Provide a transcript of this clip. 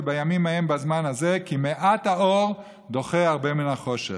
כי בימים ההם בזמן הזה מעט האור דוחה הרבה מן החושך.